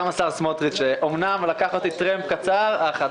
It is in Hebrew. השר סמוטריץ' אמנם לקח אותי טרמפ קצר אך גם